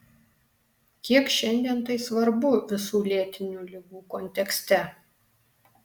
kiek šiandien tai svarbu visų lėtinių ligų kontekste